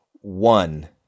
one